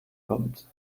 kommt